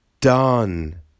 done